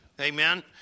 Amen